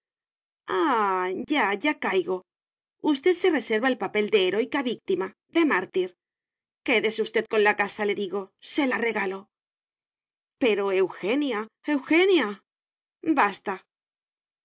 ya ya caigo usted se reserva el papel de heroica víctima de mártir quédese usted con la casa le digo se la regalo pero eugenia eugenia basta